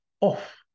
off